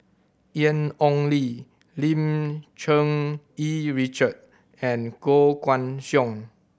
Ian Ong Li Lim Cherng Yih Richard and Koh Guan Song